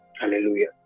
Hallelujah